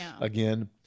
again